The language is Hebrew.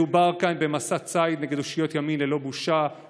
מדובר כאן במסע ציד נגד אושיות ימין ללא בושה,